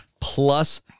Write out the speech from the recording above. Plus